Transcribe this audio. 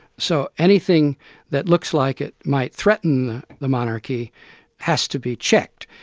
so anything that looks like it might threaten the monarchy has to be checked.